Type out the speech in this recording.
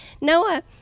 Noah